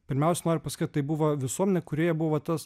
pirmiausia noriu pasakyt kad tai buvo visuomenė kurioje buvo tas